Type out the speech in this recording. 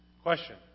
Question